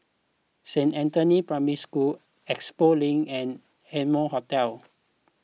Saint Anthony's Primary School Expo Link and Amoy Hotel